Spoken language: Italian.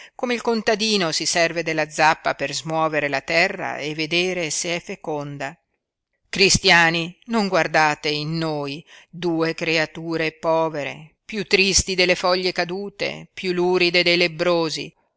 come il contadino si serve della zappa per smuovere la terra e vedere se è feconda cristiani non guardate in noi due creature povere piú tristi delle foglie cadute piú luride dei lebbrosi